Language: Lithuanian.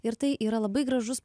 ir tai yra labai gražus